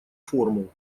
формул